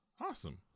Awesome